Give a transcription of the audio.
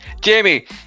Jamie